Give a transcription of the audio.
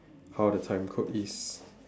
how the time code is